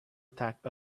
attack